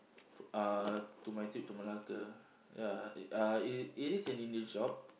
uh to my trip to Malacca ya uh it it is an Indian shop